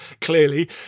clearly